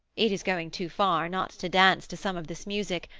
it is going too far not to dance to some of this music,